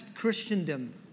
Christendom